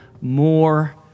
more